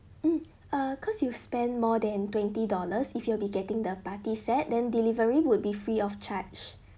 mm uh cause you spend more than twenty dollars if you'll be getting the party set then delivery would be free of charge